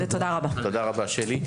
תודה רבה, שלי.